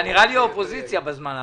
אתה נראה לי אופוזיציה בזמן האחרון.